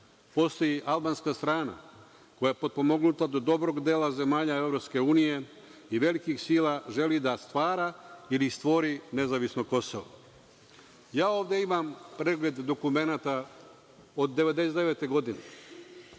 Postoji albanska strana koja potpomognuta od dobrog dela zemalja EU i velikih sila želi da stvara ili stvori nezavisno Kosovo. Ja ovde imam pregled dokumenata od 1999. godine,